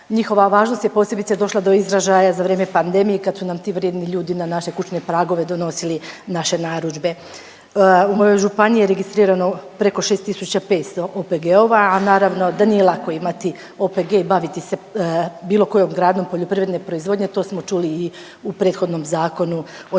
Njihova važnost je posebice došla do izražaja za vrijeme pandemije kad su nam ti vrijedni ljudi na naše kućne pragove donosili naše narudžbe. U mojoj županiji je registrirano preko 6500 OPG-ova, a naravno da nije lako imati OPG i baviti se bilo kojom granom poljoprivredne proizvodnje. To smo čuli i u prethodnom zakonu.